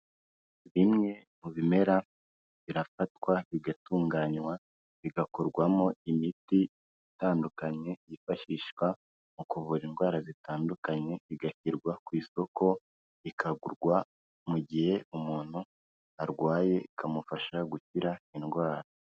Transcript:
Bimwe mu bimera birafatwa, bigatunganywa, bigakorwamo imiti itandukanye yifashishwa mu kuvura indwara zitandukanye, igashyirwa ku isoko, ikagurwa mu gihe umuntu arwaye ikamufasha gukira indwara.